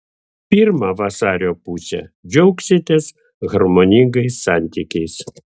pirmą vasario pusę džiaugsitės harmoningais santykiais